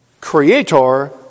creator